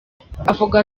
avuga